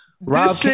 Rob